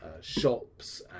shops